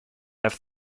have